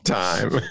time